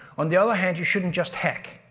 on the other hand, you shouldn't just hack.